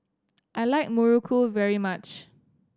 I like Muruku very much